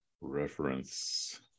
reference